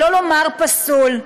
שלא לומר פסול.